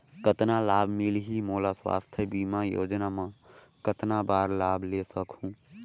कतना लाभ मिलही मोला? स्वास्थ बीमा योजना मे कतना बार लाभ ले सकहूँ?